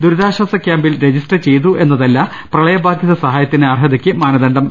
ദുരിതാശ്വാസ ക്യാമ്പിൽ രജിസ്റ്റർ ചെയ്തു എന്നതല്ല പ്രളയബാധിത സഹായത്തിന് അർഹതയ്ക്ക് മാനദണ്ഡം